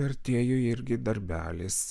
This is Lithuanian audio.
vertėjui irgi darbelis